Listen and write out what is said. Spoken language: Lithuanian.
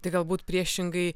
tai galbūt priešingai